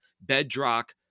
bedrock